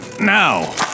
now